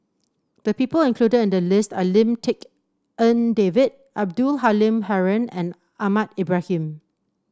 the people included in the list are Lim Tik En David Abdul Halim Haron and Ahmad Ibrahim